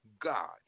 God